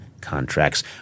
contracts